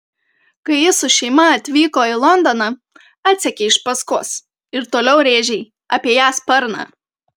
kai ji su šeima atvyko į londoną atsekei iš paskos ir toliau rėžei apie ją sparną